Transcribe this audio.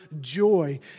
joy